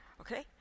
Okay